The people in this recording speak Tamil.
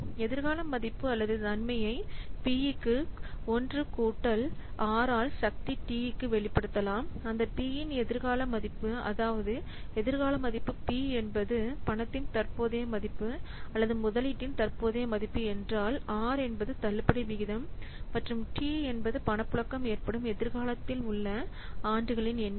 எதிர்கால மதிப்பு அல்லது நன்மையை P க்கு 1 கூட்டல் r ஆல் சக்தி t க்கு வெளிப்படுத்தலாம் அந்த P எதிர்கால மதிப்பு அதாவது எதிர்கால மதிப்பு P என்பது பணத்தின் தற்போதைய மதிப்பு அல்லது முதலீட்டின் தற்போதைய மதிப்பு என்றால் r என்பது தள்ளுபடி வீதம் மற்றும் t என்பது பணப்புழக்கம் ஏற்படும் எதிர்காலத்தில் உள்ள ஆண்டுகளின் எண்ணிக்கை